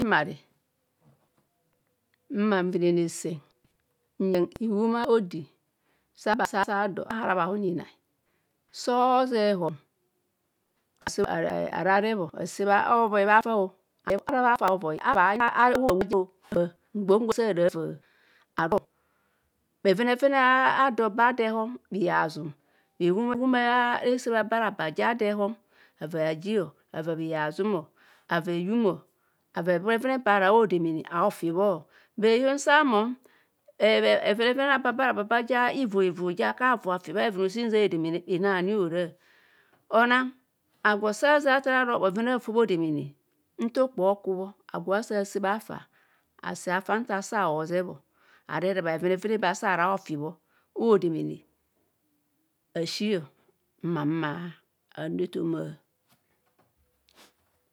Mma nvine sen nyeng hiwum odi sa abease odo ahara bahun inai so ozeb norong asebho ara reb bhaaaafa ovoi bha isa o, ara bhafa hovoio ayubha avaa ngbon gwe asa ara ava arong ava bhuhazum iwuwume bhese ba ado ehon, eyum ayaa bhenene vene ba asa enang odemene afi bho asi m. But heyong sa num bheven a rabara bha ara bhavu avu bha afi bha bhovena osi nzia bho demene asi mma anu ethoma.